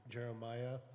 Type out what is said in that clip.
Jeremiah